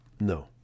No